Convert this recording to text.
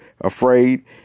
afraid